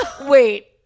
Wait